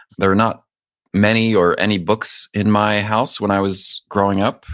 there are not many or any books in my house when i was growing up,